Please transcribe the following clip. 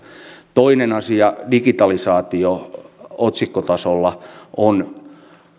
toinen asia digitalisaatio otsikkotasolla on